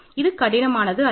இது கடினமானது அல்ல